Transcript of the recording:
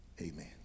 Amen